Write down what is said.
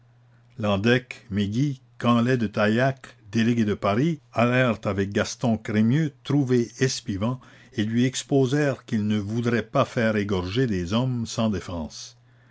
megy canlet de taillac délégués de paris allèrent avec gaston crémieux trouver espivent et lui exposèrent qu'il ne voudrait pas faire égorger des hommes sans défense